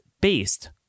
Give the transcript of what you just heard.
based